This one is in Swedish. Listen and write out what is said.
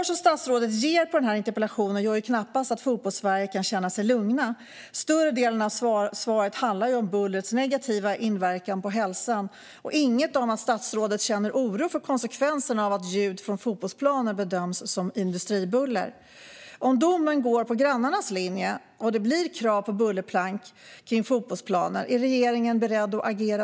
Statsrådets svar på interpellationen gör knappast att man i Fotbollssverige kan känna sig lugna. Större delen av svaret handlar ju om bullrets negativa inverkan på hälsan och inget om att statsrådet känner oro för konsekvenserna av att ljud från fotbollsplaner bedöms som industribuller. Om domen går på grannarnas linje och det blir krav på bullerplank kring fotbollsplaner, är regeringen då beredd att agera?